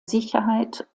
sicherheit